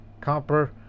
Copper